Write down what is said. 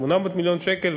800 מיליון שקל,